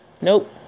Nope